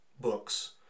books